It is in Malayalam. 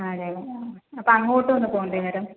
ആ അതേലെ ആ അപ്പോൾ അങ്ങോട്ടൊന്നും പോവണ്ടേ അന്നേരം